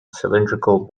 cylindrical